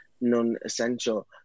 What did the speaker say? non-essential